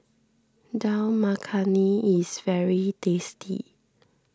Dal Makhani is very tasty